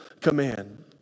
command